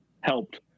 helped